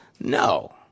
No